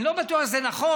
אני לא בטוח שזה נכון,